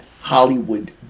Hollywood